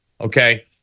Okay